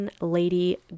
lady